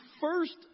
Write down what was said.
first